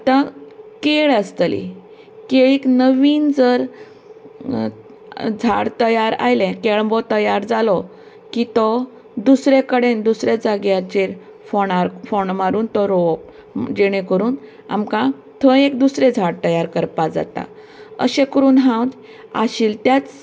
आता केळ आसतली केळीक नवीन जर झाड तयार आयलें केळमो तयार जालो की तो दुसरे कडेन दुसरे जाग्याचेर फोंडार फोंड मारून तो रोंवप जेणें करून आमकां थंय एक दुसरें झाड तयार करपाक जाता अशें करून हांव आशिलें त्याच